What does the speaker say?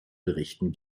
berichten